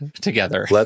together